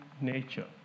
nature